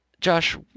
Josh